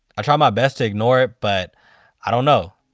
i try my best to ignore but i don't know,